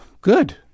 good